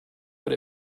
what